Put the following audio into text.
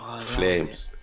Flames